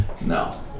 No